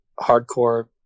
hardcore